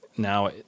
Now